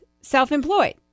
self-employed